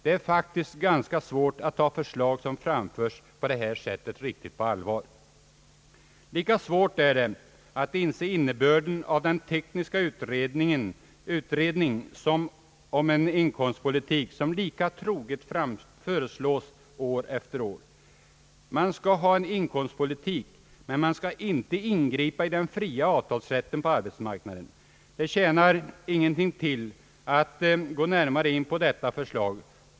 Det är faktiskt ganska svårt att ta förslag som framförs på det sättet riktigt på allvar. Lika svårt är det att inse innebörden av den tekniska utredning om en inkomstpolitik som lika troget föreslås år efter år. Man skall ha en inkomstpolitik, men man skall inte ingripa i den fria avtalsrätten på arbetsmarknaden. Det tjänar ingenting till att gå närmare in på detta förslag.